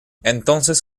entonces